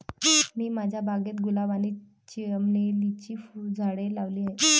मी माझ्या बागेत गुलाब आणि चमेलीची झाडे लावली आहे